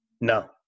No